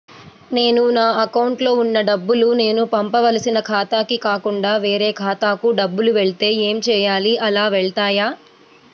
నేను నా అకౌంట్లో వున్న డబ్బులు నేను పంపవలసిన ఖాతాకి కాకుండా వేరే ఖాతాకు డబ్బులు వెళ్తే ఏంచేయాలి? అలా వెళ్తాయా?